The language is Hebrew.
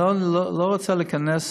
אני לא רוצה להיכנס